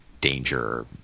danger